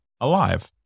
alive